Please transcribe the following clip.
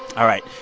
all right.